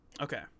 Okay